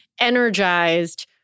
energized